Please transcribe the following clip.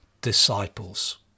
disciples